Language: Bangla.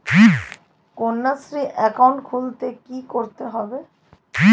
কন্যাশ্রী একাউন্ট খুলতে কী করতে হবে?